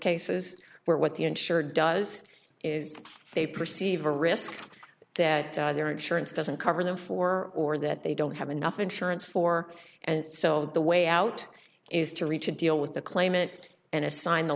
cases where what the insurer does is they perceive a risk that their insurance doesn't cover them for or that they don't have enough insurance for and so the way out is to reach a deal with the claimant and assign the